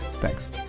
Thanks